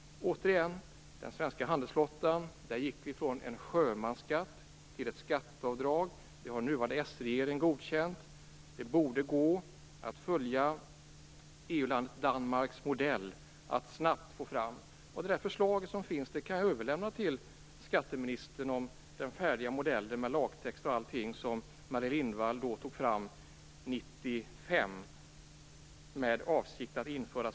När det gäller den svenska handelsflottan gick vi från en sjömansskatt till ett skatteavdrag, och det har den nuvarande socialdemokratiska regeringen godkänt. Det borde gå att följa EU-landet Danmarks modell. Jag kan överlämna det förslag som finns till skatteministern. Det innehåller en färdig modell med lagförslag och allting som Maria Lindwall tog fram 1995.